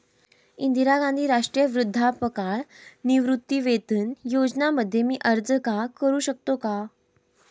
इंदिरा गांधी राष्ट्रीय वृद्धापकाळ निवृत्तीवेतन योजना मध्ये मी अर्ज का करू शकतो का?